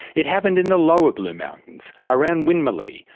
it happened in the lower blue mountains, around winmalee,